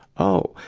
oh!